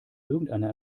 irgendeiner